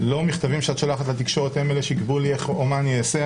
לא המכתבים שאת שולחת לתקשורת הם אלה שיקבעו מה אני אעשה.